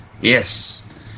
Yes